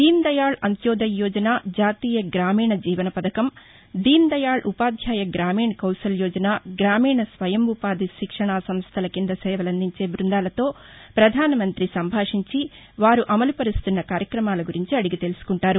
దీన్ దయాళ్ అంతోధ్యయ యోజన జాతీయ గ్రామీణ జీవన పథకం దీన్ దయాళ్ ఉపాధ్యాయ గ్రామీణ కౌశల్ యోజన గ్రామీణ స్వయం ఉపాధి శిక్షణ సంస్టల కింద సేవలందించే బృందాలతో ప్రధాన మంతి మాట్లాడి వారు అమలుపరుస్తున్న కార్యక్రమాల గురించి అడిగి తెలుసుకుంటారు